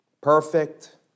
perfect